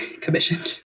commissioned